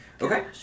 Okay